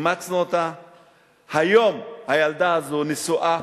היום הילדה הזאת נשואה